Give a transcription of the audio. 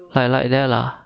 like like there lah